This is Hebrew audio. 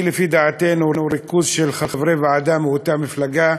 כי לפי דעתנו ריכוז של חברי ועדה מאותה מפלגה